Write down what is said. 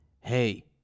Hey